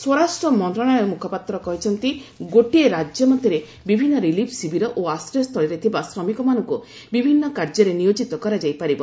ସ୍ୱରାଷ୍ଟ୍ର ମନ୍ତ୍ରଣାଳୟ ମୁଖପାତ୍ର କହିଛନ୍ତି ଗୋଟିଏ ରାଜ୍ୟ ମଧ୍ୟରେ ବିଭିନ୍ନ ରିଲିଫ୍ ଶିବିର ଓ ଆଶ୍ରୟ ସ୍ଥଳୀରେ ଥିବା ଶ୍ରମିକମାନଙ୍କୁ ବିଭିନ୍ନ କାର୍ଯ୍ୟରେ ନିୟୋଜିତ କରାଯାଇ ପାରିବ